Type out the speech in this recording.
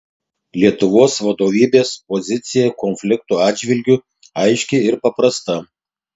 lietuvos vadovybės pozicija konflikto atžvilgiu aiški ir paprasta